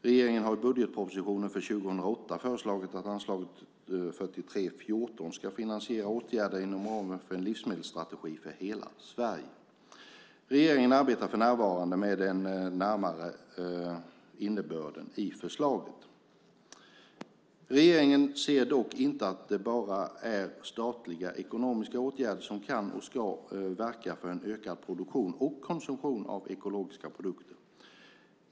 Regeringen har i budgetpropositionen för 2008 föreslagit att anslag 43:14 ska finansiera åtgärder inom ramen för en livsmedelsstrategi för hela Sverige. Regeringen arbetar för närvarande med den närmare innebörden i förslaget. Regeringen ser dock inte att det bara är genom statliga ekonomiska åtgärder som man kan och ska verka för en ökad produktion och konsumtion av ekologiska produkter.